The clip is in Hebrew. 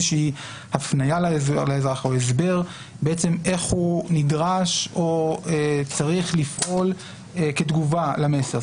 הפניה לאזרח או הסבר איך הוא נדרש או צריך לפעול כתגובה למסר.